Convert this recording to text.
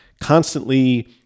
constantly